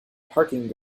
parking